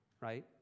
right